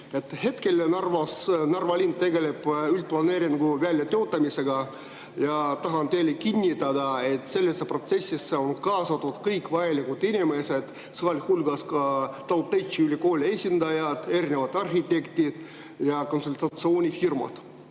Hetkel Narva linn tegeleb üldplaneeringu väljatöötamisega. Tahan teile kinnitada, et sellesse protsessi on kaasatud kõik vajalikud inimesed, sealhulgas TalTechi esindajad, erinevad arhitektid ja konsultatsioonifirmad.